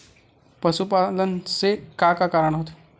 पशुपालन से का का कारण होथे?